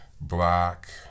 Black